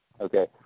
Okay